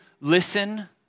listen